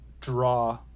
draw